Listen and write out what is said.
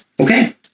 Okay